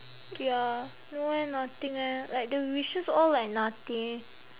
ya mine nothing eh like the wishes all like nothing